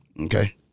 Okay